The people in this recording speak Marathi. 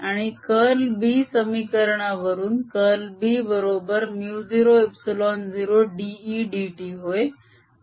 आणि कर्ल B समीकरणावरून कर्ल B बरोबर μ0ε0dEdt होय